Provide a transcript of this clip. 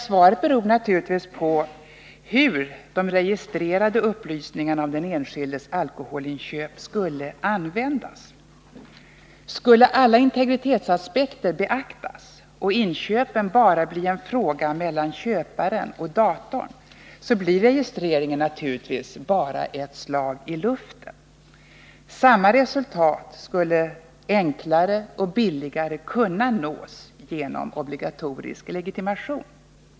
Svaret beror naturligtvis på hur de registrerade upplysningarna om den enskildes alkoholinköp skulle användas. Skulle alla integritetsaspekter beaktas och inköpen bara bli en fråga mellan köparen och datorn, blev registreringen naturligtvis bara ett slag i luften. Samma resultat skulle enklare och billigare kunna nås genom en obligatorisk legitimation.